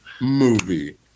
movie